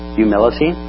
humility